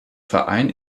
verein